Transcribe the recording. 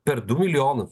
per du milijonus